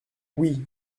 oui